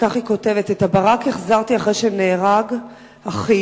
וכך היא כותבת: את הברק החזרתי אחרי שנהרג אחי